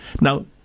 Now